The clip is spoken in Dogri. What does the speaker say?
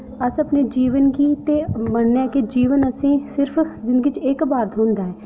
अस अपने जीवन गी ते मन्नने कि जीवन असें सिर्फ जिंदगी च इक बार थ्होंदा ऐ